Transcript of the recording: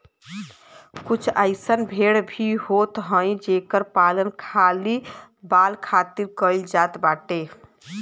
कुछ अइसन भेड़ भी होत हई जेकर पालन खाली बाल खातिर कईल जात बाटे